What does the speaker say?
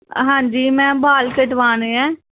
हां जी में बाल कटवाने ऐं